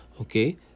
okay